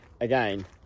again